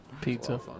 Pizza